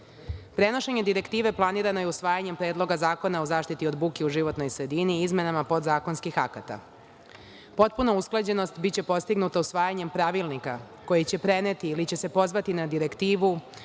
sredini. Prenošenje Direktive planirano je usvajanjem Predloga zakona o zaštiti od buke u životnoj sredini i izmenama podzakonskih akata. Potpuna usklađenost biće postignuta usvajanjem pravilnika koji će preneti ili će se pozvati na Direktivu